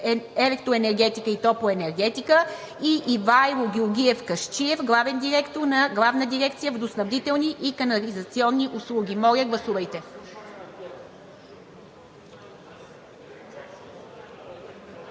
„Електроенергетика и топлоенергетика“, и Ивайло Георгиев Касчиев – главен директор на Главна дирекция „Водоснабдителни и канализационни услуги“. Моля, гласувайте.